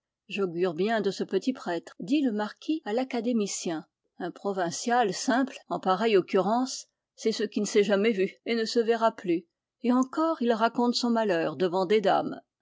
j'augure bien de ce petit prêtre dit le marquis à l'académicien un provincial simple en pareille occurrence c'est ce qui ne s'est jamais vu et ne se verra plus et encore il raconte son malheur devant des dames